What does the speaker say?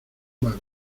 vale